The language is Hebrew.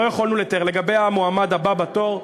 לגבי המועמד הבא בתור,